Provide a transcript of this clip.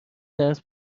درس